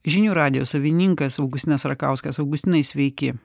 žinių radijo savininkas augustinas rakauskas augustinai sveiki